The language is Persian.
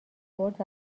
برد